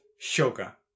sugar